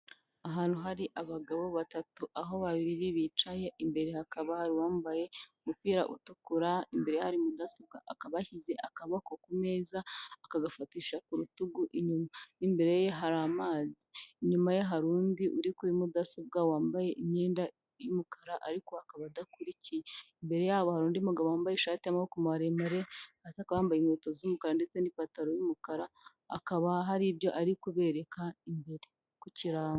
Ahantu hari abagabo batatu aho babiri bicaye imbere hakaba hari uwambaye umupira utukura imbere hari mudasobwa ,akaba yashyize akaboko ku meza akagafatisha ku rutugu inyuma ,imbere ye hari amazi inyuma hari undi uri kuri mudasobwa wambaye imyenda y'umukara ariko akaba adakurikiye imbere yabo hari undi mugabo wambaye ishati y'amaboko maremare hasi akaba yambaye inkweto z'umukara ndetse n'ipantaro y' y'umukara ,akaba haribyo ari kubereka imbere ku kirango.